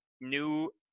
new